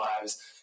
lives